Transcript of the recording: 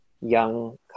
young